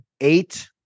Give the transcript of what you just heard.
eight